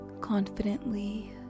confidently